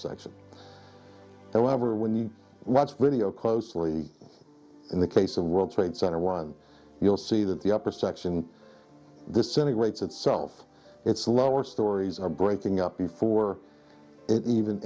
section however when you watch video closely in the case of world trade center one you'll see that the upper section disintegrates itself its lower stories are breaking up before it even